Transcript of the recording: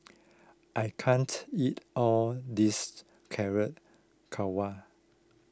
I can't eat all this Carrot